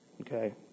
Okay